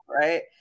right